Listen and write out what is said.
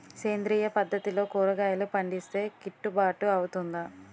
సేంద్రీయ పద్దతిలో కూరగాయలు పండిస్తే కిట్టుబాటు అవుతుందా?